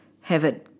heaven